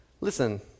Listen